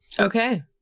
Okay